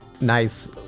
nice